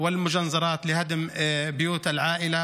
וזחלנים את הבתים של המשפחות,